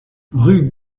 rue